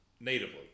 Natively